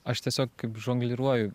aš tiesiog kaip žongliruoju